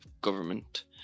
government